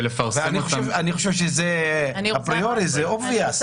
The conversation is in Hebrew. אני חושב שזה ברור.